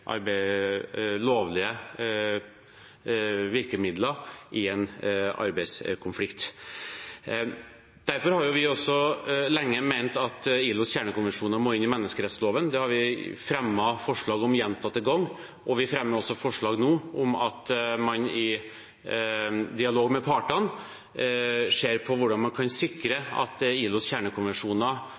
lovlige virkemidler i en arbeidskonflikt. Derfor har vi også lenge ment at ILOs kjernekonvensjoner må inn i menneskerettsloven. Det har vi fremmet forslag om gjentatte ganger, og vi fremmer også forslag nå om at man i dialog med partene ser på hvordan man kan sikre at ILOs kjernekonvensjoner